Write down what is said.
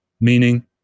meaning